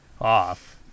off